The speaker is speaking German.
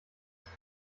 ist